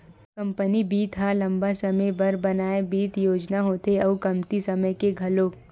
company बित्त ह लंबा समे बर बनाए बित्त योजना होथे अउ कमती समे के घलोक